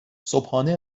صبحانه